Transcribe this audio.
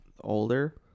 older